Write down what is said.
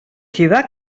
queda